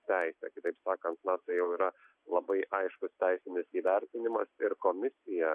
teisę kitaip sakant na tai jau yra labai aiškus teisinis įvertinimas ir komisija